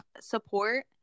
support